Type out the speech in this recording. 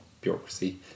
bureaucracy